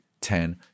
ten